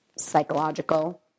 psychological